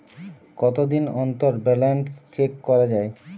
কতদিন অন্তর balance check করা য়ায়?